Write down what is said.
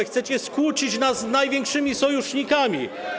Chcecie skłócić nas z największymi sojusznikami.